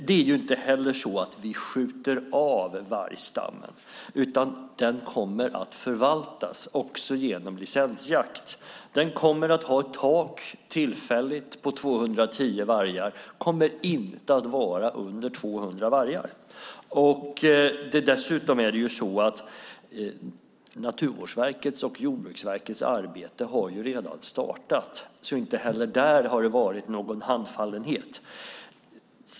Det är inte heller så att vi skjuter av vargstammen, utan den kommer att förvaltas även genom licensjakt. Den kommer att ha ett tillfälligt tak på 210 vargar. Stammen kommer inte att vara under 200 vargar. Dessutom är det så att Naturvårdsverkets och Jordbruksverkets arbete redan har startat, så inte heller där har det varit någon handfallenhet.